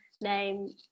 name